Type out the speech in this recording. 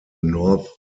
north